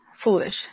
Foolish